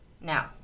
Now